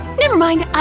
never mind, i